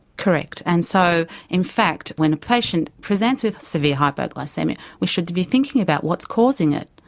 correct and so in fact when a patient presents with severe hypoglycaemia we should be thinking about what's causing it.